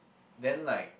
then like